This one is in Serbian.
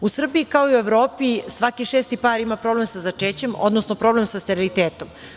U Srbiji, kao i u Evropi, svaki šesti par ima problem sa začećem, odnosno problem sa sterilitetom.